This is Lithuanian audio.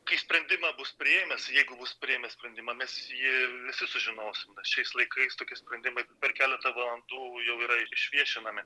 kai sprendimą bus priėmęs jeigu bus priėmęs sprendimą mes jį visi sužinosim na šiais laikais tokie sprendimai per keletą valandų jau yra išviešinami